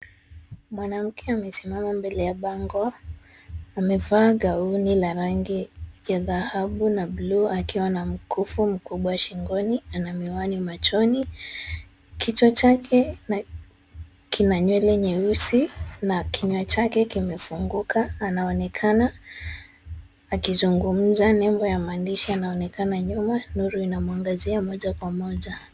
Mwanamke amesimama mbele ya bango, amevaa gauni la rangi ya dhahabu na bluu akiwa na mkufu mkubwa shingoni ana miwani machoni, kichwa chake na kina nywele nyeusi na kinywa chake kimefunguka, anaonekana akizungumza nembo ya maandishi anaonekana nyuma. Nuru inamwangazia moja kwa moja.